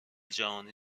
جهانی